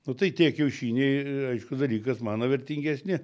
nu tai tie kiaušiniai aiškus dalykas mano vertingesni